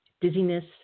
dizziness